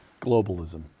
Globalism